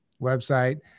website